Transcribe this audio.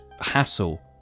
hassle